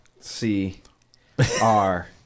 C-R